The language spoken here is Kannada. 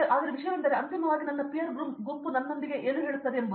ಆದರೆ ವಿಷಯವೆಂದರೆ ಅಂತಿಮವಾಗಿ ನನ್ನ ಪೀರ್ ಗುಂಪು ನನ್ನೊಂದಿಗೆ ಏನು ಹೇಳುತ್ತದೆ ಎಂಬುದು